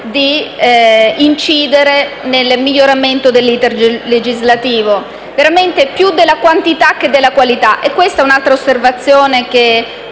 di incidere nel miglioramento dell'*iter* legislativo, anche se più sulla quantità che sulla qualità e questa è un'altra osservazione che